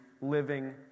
living